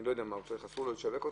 אסור לו לשווק אותן?